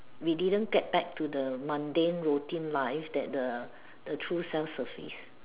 we didn't get back to the mundane routine life that the the true self surface